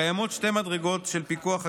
קיימות שתי מדרגות של פיקוח הכנסת: